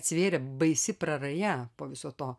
atsivėrė baisi praraja po viso to